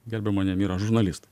gerbiama nemira žurnalistai